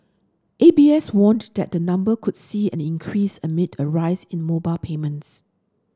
A B S warned that the number could see an increase amid a rise in mobile payments